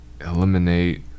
eliminate